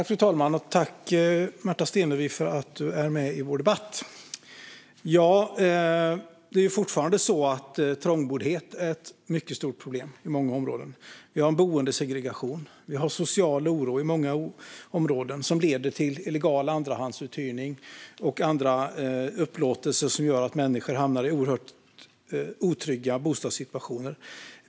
Fru talman! Tack, Märta Stenevi, för att du är med i vår debatt! Det är fortfarande så att trångboddhet är ett mycket stort problem i många områden. Vi har en boendesegregation. Vi har social oro i många områden som leder till illegal andrahandsuthyrning och andra upplåtelser som gör att människor hamnar i oerhört otrygga bostadssituationer.